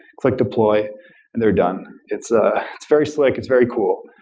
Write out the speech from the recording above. click deploy and they're done. it's ah it's very slick. it's very cool.